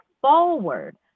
forward